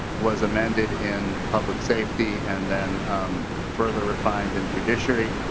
was amended in public safety and then further refined in judiciary.